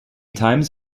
times